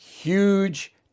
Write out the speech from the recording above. huge